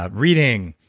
ah reading,